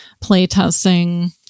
playtesting